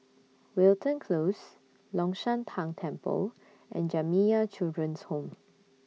Wilton Close Long Shan Tang Temple and Jamiyah Children's Home